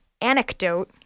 Anecdote